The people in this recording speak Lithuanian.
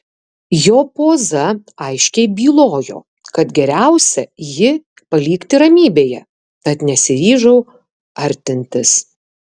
jo poza aiškiai bylojo kad geriausia jį palikti ramybėje tad nesiryžau artintis